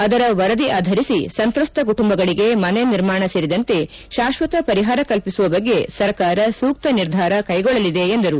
ಅದರ ವರದಿ ಆಧರಿಸಿ ಸಂತ್ರಸ್ತ ಕುಟುಂಬಗಳಿಗೆ ಮನೆ ನಿರ್ಮಾಣ ಸೇರಿದಂತೆ ಶಾಶ್ವತ ಪರಿಹಾರ ಕಲ್ಪಿಸುವ ಬಗ್ಗೆ ಸರ್ಕಾರ ಸೂಕ್ತ ನಿರ್ಧಾರ ಕೈಗೊಳ್ಳಲಿದೆ ಎಂದರು